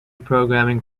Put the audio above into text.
programming